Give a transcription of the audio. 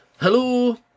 Hello